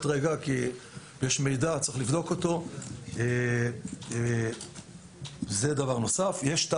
רגע כי יש מידע וצריך לבדוק אותו; יש תא שותפויות